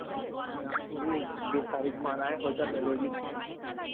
जी छब्बीस तारिख को आना है होटल हवेली